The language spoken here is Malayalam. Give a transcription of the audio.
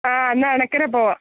അഹ് എന്നാൽ അണക്കരയിൽ പോകാം